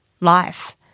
life